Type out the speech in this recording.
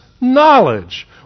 knowledge